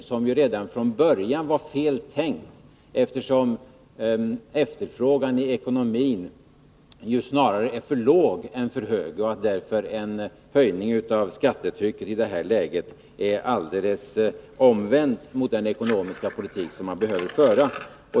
Den var ju redan från början feltänkt, eftersom efterfrågan i ekonomin snarare är för låg än för hög. En höjning av skattetrycket i det läget går därför tvärt emot den ekonomiska politik som man behöver föra.